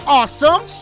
awesome